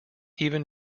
even